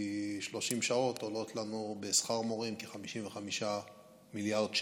כי 30 שעות עולות לנו בשכר מורים כ-55 מיליארד שקל,